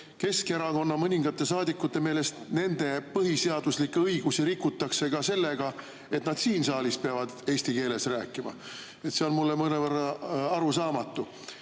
Keskerakonna mõningate saadikute meelest nende põhiseaduslikke õigusi rikutakse ka sellega, et nad siin saalis peavad eesti keeles rääkima. See on mulle mõnevõrra arusaamatu,